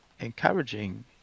encouraging